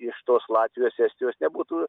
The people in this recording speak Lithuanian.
iš tos latvijos estijos nebūtų